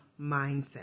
mindset